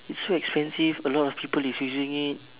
it's so expensive a lot of people is using it